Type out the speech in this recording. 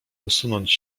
usunąć